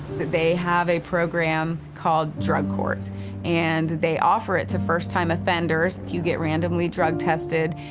they have a program called drug courts and they offer it to first time offenders. you get randomly drug tested.